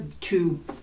two